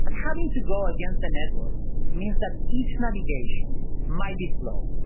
having to go against the network means that each navigation might be slow,